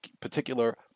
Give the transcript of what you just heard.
particular